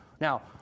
Now